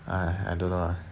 !haiya! I don't know lah